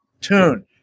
tune